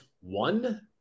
one